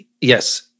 Yes